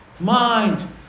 Mind